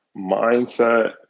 mindset